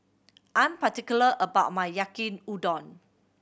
I'm particular about my Yaki Udon